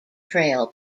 trail